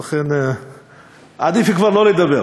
אז עדיף כבר שלא לדבר.